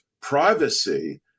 privacy